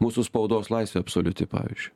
mūsų spaudos laisvė absoliuti pavyzdžiui